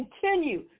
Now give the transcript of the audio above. continue